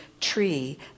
tree